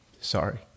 Sorry